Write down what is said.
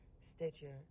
Stitcher